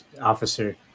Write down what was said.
officer